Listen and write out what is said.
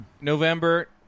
November